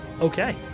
Okay